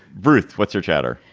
ruth, what's your chatter?